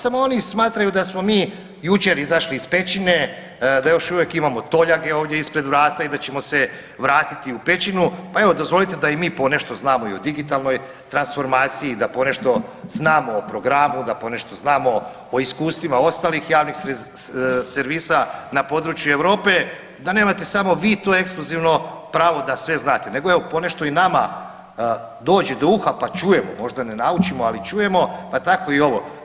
Samo oni smatraju da smo mi jučer izašli iz pećine, da još uvijek imamo toljage ovdje ispred vrata i da ćemo se vratiti u pećinu, pa evo dozvolite da i mi ponešto znamo i o digitalnoj transformaciji, da ponešto znamo o programu, da ponešto znamo o iskustvima ostalih javnih servisa na području Europe, da nemate samo vi to ekskluzivno pravo da sve znate, nego evo ponešto i nama dođe do uha pa čujemo, možda ne naučimo pa čujemo, pa tako i ovo.